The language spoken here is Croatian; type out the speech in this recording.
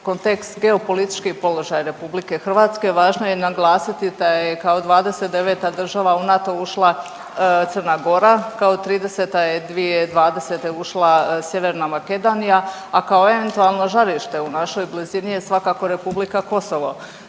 kontekst geopolitički položaj RH važno je naglasiti da je kao 29. država u NATO ušla Crna Gora, kao 30. je 2020. ušla Sjeverna Makedonija, a kao eventualno žarište u našoj blizini je svakako Republika Kosovo